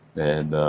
and